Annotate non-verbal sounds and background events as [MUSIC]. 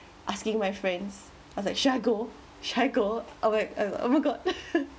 asking my friends I was like should I go should I go oh wait uh oh my god [LAUGHS]